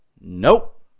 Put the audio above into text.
nope